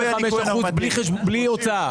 הוצאה בלי הוצאה.